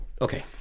Okay